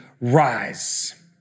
rise